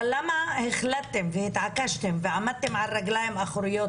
אבל למה אתם באוצר החלטתם והתעקשתם ועמדתם על הרגליים האחוריות